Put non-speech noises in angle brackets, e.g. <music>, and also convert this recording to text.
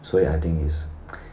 所以 I think is <noise>